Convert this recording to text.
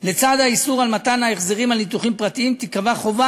שלצד האיסור על מתן החזרים על ניתוחים פרטיים תיקבע חובה